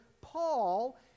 Paul